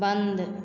बंद